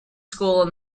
school